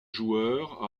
joueur